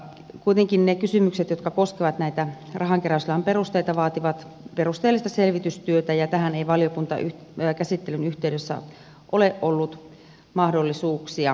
kuitenkin ne kysymykset jotka koskevat näitä rahankeräyslain perusteita vaativat perusteellista selvitystyötä ja tähän ei valiokuntakäsittelyn yhteydessä ole ollut mahdollisuuksia